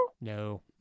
No